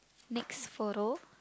next photo